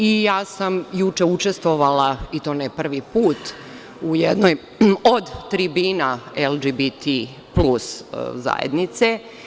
I ja sam juče učestvovala, i to ne prvi put, u jednoj od tribina LGBT Plus zajednice.